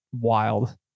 wild